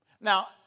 Now